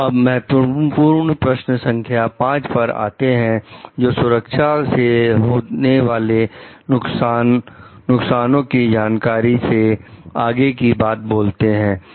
हम अब महत्वपूर्ण प्रश्न संख्या 5 पर आते हैं जो सुरक्षा से होने वाले नुकसान ओं की जानकारी से आगे की बात बोलते हैं